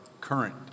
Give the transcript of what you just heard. current